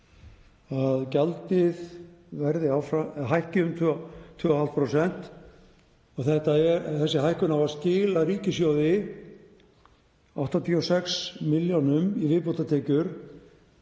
að gjaldið hækki um 2,5%. Þessi hækkun á að skila ríkissjóði 86 milljónum í viðbótartekjur.